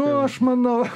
nu aš manau